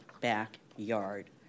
backyard